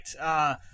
right